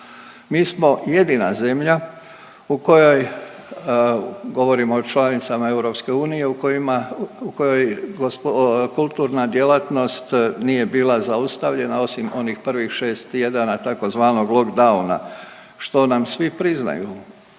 Mi smo jedina zemlja u kojoj, govorimo o članicama EU, u kojima, u kojoj .../nerazumljivo/... kulturna djelatnost nije bila zaustavljena osim onih prvih 6 tjedana tzv. lockdowna, što nam svi priznaju,